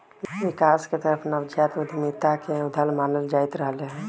विकास के तरफ नवजात उद्यमिता के उद्यत मानल जाईंत रहले है